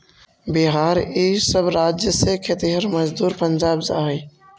बिहार इ सब राज्य से खेतिहर मजदूर पंजाब जा हई